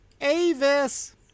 Avis